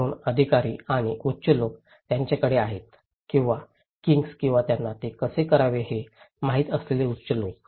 म्हणून अधिकारी किंवा उच्च लोक ज्यांच्याकडे आहेत किंवा किंग्ज किंवा त्यांना हे कसे करावे हे माहित असलेले उच्च लोक